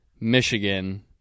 Michigan